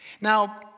Now